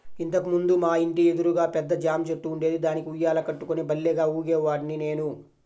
ఇంతకు ముందు మా ఇంటి ఎదురుగా పెద్ద జాంచెట్టు ఉండేది, దానికి ఉయ్యాల కట్టుకుని భల్లేగా ఊగేవాడ్ని నేను